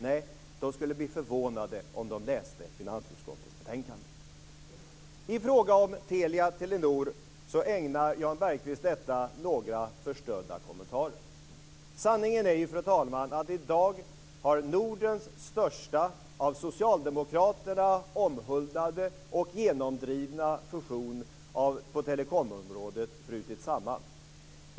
Nej, de skulle bli förvånade om de läste finansutskottets betänkande. Frågan om Telia-Telenor ägnar Jan Bergqvist några förströdda kommentarer. Sanningen är, fru talman, att i dag har Nordens största, av socialdemokraterna omhuldade och genomdrivna, fusion på telekomområdet brutit samman.